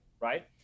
right